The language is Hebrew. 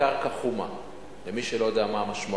אני מציע שחלק מהדברים תגידי בישיבת סיעה,